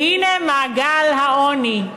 והנה מעגל העוני,